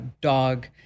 Dog